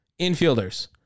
Infielders